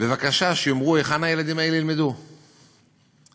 בבקשה שיאמרו היכן הילדים האלה ילמדו, כן?